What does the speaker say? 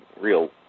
real